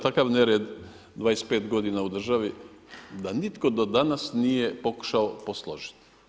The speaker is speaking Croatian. Takav nered 25 godina u državi da nitko do danas nije pokušao posložiti.